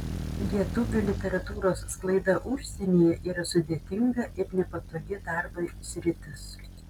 lietuvių literatūros sklaida užsienyje yra sudėtinga ir nepatogi darbui sritis